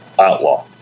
outlaw